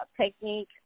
technique